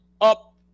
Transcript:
up